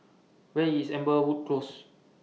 Where IS Amberwood Close